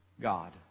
God